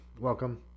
welcome